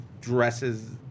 dresses